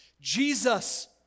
Jesus